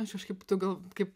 aš kaip tu gal kaip